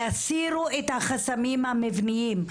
תסירו את החסמים המבנים.